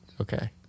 Okay